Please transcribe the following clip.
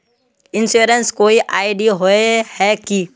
Insurance कोई ID होय है की?